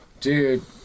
dude